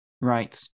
right